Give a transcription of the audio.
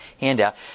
handout